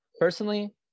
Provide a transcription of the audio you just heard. personally